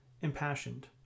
impassioned